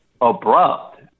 abrupt